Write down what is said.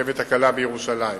הרכבת הקלה בירושלים.